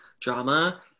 drama